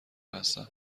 هستم